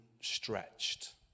stretched